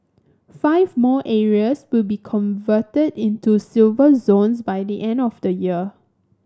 five more areas will be converted into Silver Zones by the end of the year